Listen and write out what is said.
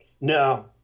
No